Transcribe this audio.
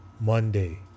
Monday